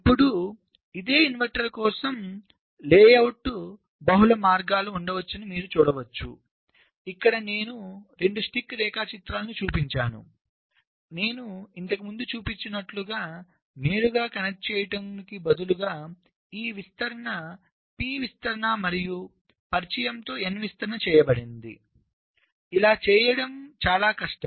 ఇప్పుడు ఇదే ఇన్వర్టర్ కోసం లేఅవుట్కు బహుళ మార్గాలు ఉండవచ్చని మీరు చూడవచ్చు ఇక్కడ నేను 2 స్టిక్ రేఖాచిత్రాలను చూపించానునేను ఇంతకు ముందు చూపినట్లుగా నేరుగా కనెక్ట్ చేయడానికి బదులుగా ఈ విస్తరణ p విస్తరణ మరియు పరిచయంతో n విస్తరణ చేయబడింది ఇలా చేయడం చాలా కష్టం